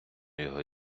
його